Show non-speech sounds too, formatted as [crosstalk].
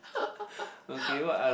[laughs]